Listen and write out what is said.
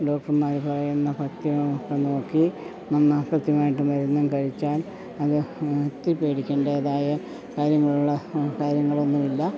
ഡോക്ടർമാർ പറയുന്ന പത്യവും ഒക്കെ നോക്കി സത്യമായിട്ട് മരുന്നും കഴിച്ചാൽ അത് ഇത്തി പേടിക്കേണ്ടേതായ കാര്യങ്ങളുള്ള കാര്യങ്ങളൊന്നുമില്ല